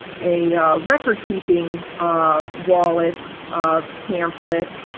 a record keeping um wallet, a pamphlet,